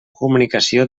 comunicació